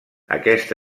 aquest